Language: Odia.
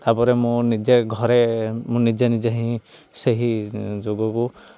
ତାପରେ ମୁଁ ନିଜେ ଘରେ ମୁଁ ନିଜେ ନିଜେ ହିଁ ସେହି ଯୋଗକୁ